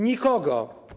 Nikogo.